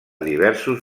diversos